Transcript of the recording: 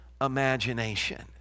imagination